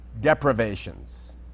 deprivations